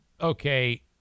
okay